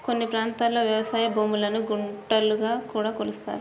కొన్ని ప్రాంతాల్లో వ్యవసాయ భూములను గుంటలుగా కూడా కొలుస్తారు